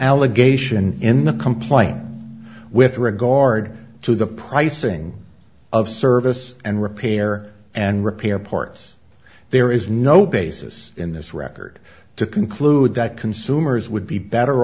allegation in the complaint with regard to the pricing of service and repair and repair parts there is no basis in this record to conclude that consumers would be better